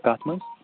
کَتھ منٛز